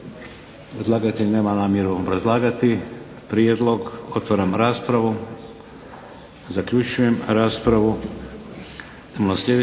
Predlagatelj nema namjeru obrazlagati prijedlog. Otvaram raspravu. zaključujem raspravu.